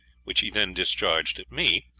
which he then discharged at me,